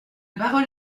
parole